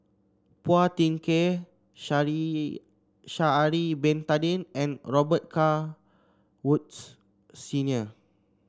Phua Thin Kiay Sha'ari Sha'ari Bin Tadin and Robet Carr Woods Senior